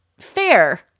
fair